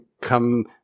come